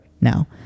now